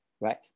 right